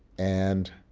and